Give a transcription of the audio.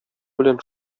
белән